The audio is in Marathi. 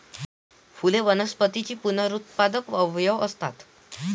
फुले वनस्पतींचे पुनरुत्पादक अवयव असतात